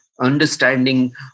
understanding